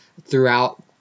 throughout